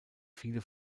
viele